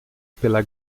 pela